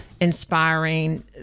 inspiring